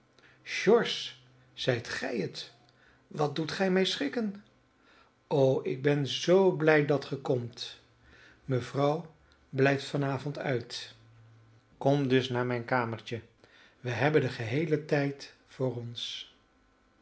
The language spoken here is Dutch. george zijt gij het wat doet gij mij schrikken o ik ben zoo blij dat ge komt mevrouw blijft van avond uit kom dus naar mijn kamertje wij hebben den geheelen tijd voor ons